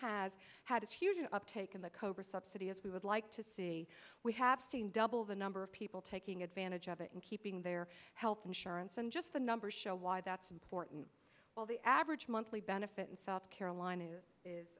have had a huge an uptake in the cobra subsidy as we would like to see we have seen double the number of people taking advantage of it and keeping their health insurance and just the numbers show why that's important while the average monthly benefit in south carolina is